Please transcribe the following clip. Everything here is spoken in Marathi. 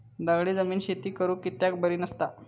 दगडी जमीन शेती करुक कित्याक बरी नसता?